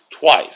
twice